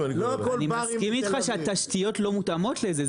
אני מסכים איתך שהתשתיות לא מותאמות לזה.